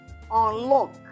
Unlock